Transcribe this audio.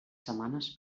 setmanes